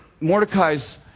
Mordecai's